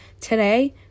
Today